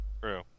True